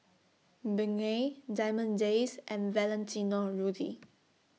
Bengay Diamond Days and Valentino Rudy